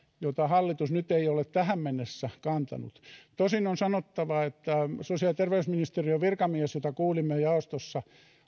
jota hallitus nyt ei ole tähän mennessä kantanut tosin on sanottava että sosiaali ja terveysministeriön virkamies jota kuulimme jaostossa